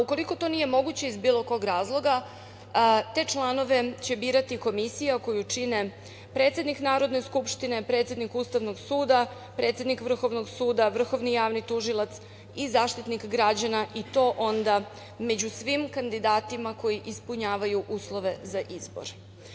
Ukoliko to nije moguće iz bilo kog razloga, te članove će birati komisija koju čine predsednik Narodne skupštine, predsednik Ustavnog suda, predsednik Vrhovnog suda, Vrhovni javni tužilac i Zaštitnik građana i to onda među svim kandidatima koji ispunjavaju uslove za izbor.